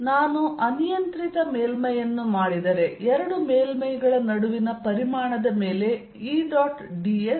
ನಾನು ಅನಿಯಂತ್ರಿತ ಮೇಲ್ಮೈಯನ್ನು ಮಾಡಿದರೆ ಎರಡು ಮೇಲ್ಮೈಗಳ ನಡುವಿನ ಪರಿಮಾಣದ ಮೇಲೆ E